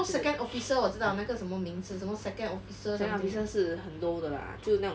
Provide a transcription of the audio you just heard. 什么 second officer 我知道那个什么名字什么 second officer 什么名